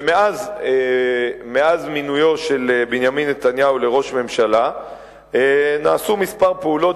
ומאז מינויו של בנימין נתניהו לראש ממשלה נעשו פעולות